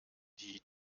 die